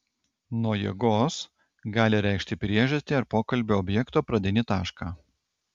nuo jėgos gali reikšti priežastį ar pokalbio objekto pradinį tašką